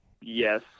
Yes